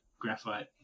graphite